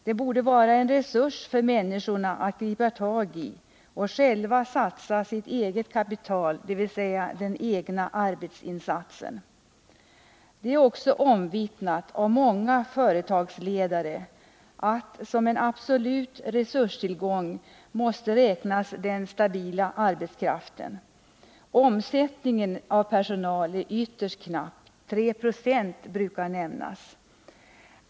Det borde vara en resurs för människorna att gripa tag i och själva satsa sitt eget kapital på, dvs. den egna 13 Det är också omvittnat av många företagsledare att som en absolut resurstillgång måste räknas den stabila arbetskraften. Omsättningen av personal är ytterst knapp; 3 20 brukar nämnas.